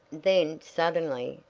then, suddenly,